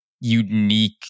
unique